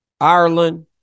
Ireland